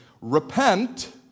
repent